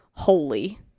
holy